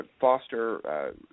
foster